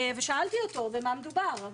ושאלתי אותו במה מדובר.